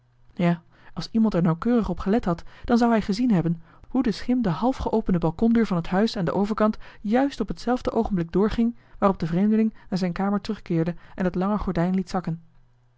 ja als iemand er nauwkeurig op gelet had dan zou hij gezien hebben hoe de schim de halfgeopende balkondeur van het huis aan den overkant juist op hetzelfde oogenblik doorging waarop de vreemdeling naar zijn kamer terugkeerde en het lange gordijn liet zakken